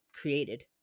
created